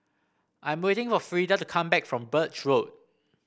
I'm waiting for Frieda to come back from Birch Road